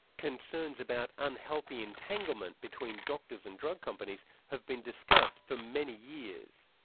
concerns about unhealthy entanglement between doctors and drug companies have been discussed for many years.